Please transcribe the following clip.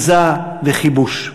ביזה וכיבוש.